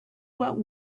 what